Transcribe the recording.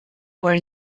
were